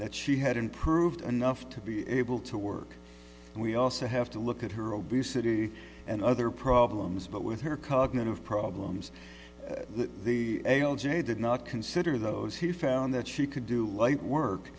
that she had improved enough to be able to work and we also have to look at her obesity and other problems but with her cognitive problems the ail jay did not consider those he found that she could do light work